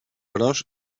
gros